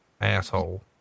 asshole